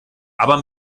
aber